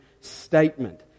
statement